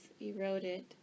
eroded